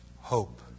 hope